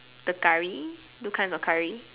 the curry two kinds of curry